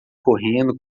correndo